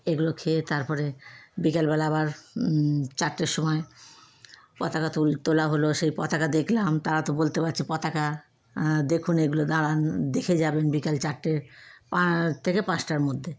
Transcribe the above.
এগুলো খেয়ে তারপরে বিকালবেলা আবার চারটের সময় পতাকা তোলা হল সেই পতাকা দেখলাম তারা তো বলতে পারছে পতাকা দেখুন এগুলো দাঁড়ান দেখে যাবেন বিকাল চারটের থেকে পাঁচটার মধ্যে